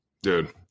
Dude